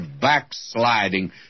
backsliding